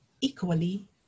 equally